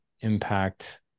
impact